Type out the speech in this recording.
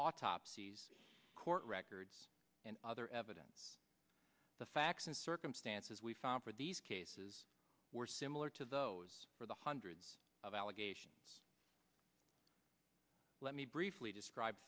autopsies court records and other evidence the facts and circumstances we found for these cases were similar to those for the hundreds of allegations let me briefly describe